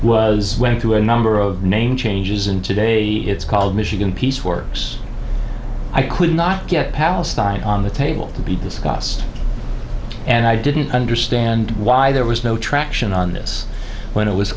was went through a number of name changes and today it's called michigan peace works i could not get palestine on the table to be discussed and i didn't understand why there was no traction on this when it was